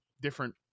different